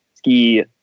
ski